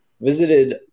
visited